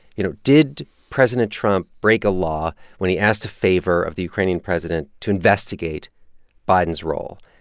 you know, did president trump break a law when he asked a favor of the ukrainian president to investigate biden's role?